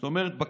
זאת אומרת,